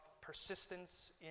persistence